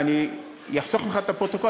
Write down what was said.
ואני אחסוך ממך את הפרוטוקול,